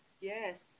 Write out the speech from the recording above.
Yes